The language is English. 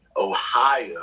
Ohio